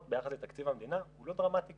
ביחס לתקציב המדינה הוא לא ברמת ---,